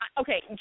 okay